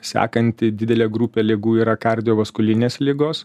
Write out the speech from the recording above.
sekanti didelė grupė ligų yra kardiovaskulinės ligos